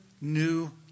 new